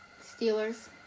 Steelers